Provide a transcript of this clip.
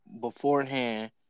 beforehand